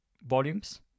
volumes